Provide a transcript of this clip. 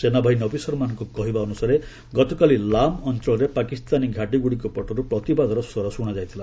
ସେନାବାହିନୀ ଅଫିସରମାନଙ୍କ କହିବା ଅନୁସାରେ ଗତକାଲି ଲାମ୍ ଅଞ୍ଚଳରେ ପାକିସ୍ତାନୀ ଘାଟିଗୁଡ଼ିକ ପଟରୁ ପ୍ରତିବାଦର ସ୍ୱର ଶୁଣାଯାଇଥିଲା